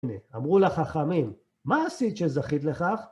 אמרו לה חכמים, מה עשית שזכית לכך?